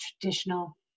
traditional